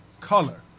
color